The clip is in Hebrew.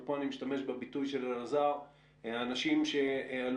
וכאן אני משתמש בביטוי של אלעזר שאמר שאלה אנשים